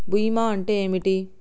బీమా అంటే ఏమిటి?